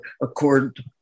accord